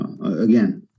again